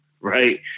right